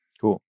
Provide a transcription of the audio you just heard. Cool